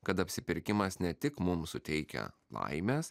kad apsipirkimas ne tik mum suteikia laimės